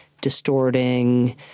distorting